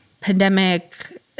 pandemic